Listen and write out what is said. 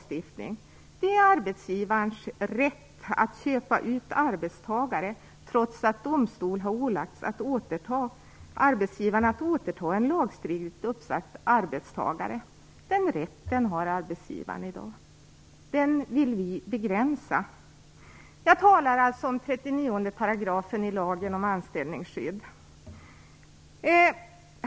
Det gäller bl.a. arbetsgivarens rätt att köpa ut arbetstagare trots att arbetsgivaren av domstol har ålagts återta en lagstridigt uppsagd arbetstagare. Den rätten har arbetsgivaren i dag, och den vill vi begränsa. Jag talar om 39 § i lagen om anställningsskydd.